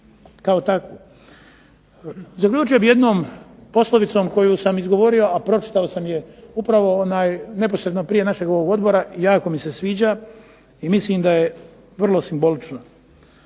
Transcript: Hrvatske. Zaključio bih s jednom poslovicom koju sam izgovorio, a pročitao sam je neposredno prije našeg Odbora, i jako mi se sviđa i mislim da je vrlo simbolično.